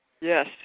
Yes